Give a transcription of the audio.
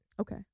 Okay